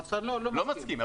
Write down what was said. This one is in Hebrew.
לא מסכים.